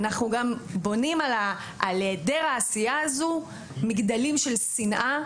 אלא אנחנו גם בונים על היעדר העשייה הזו מגדלים של שנאה,